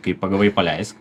kai pagavai paleisk